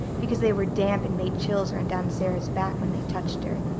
because they were damp and made chills run down sara's back when they touched her,